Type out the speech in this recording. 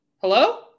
Hello